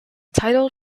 title